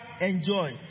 enjoy